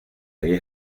había